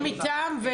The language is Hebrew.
הם איתם.